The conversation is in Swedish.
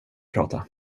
prata